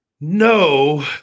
no